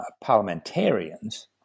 parliamentarians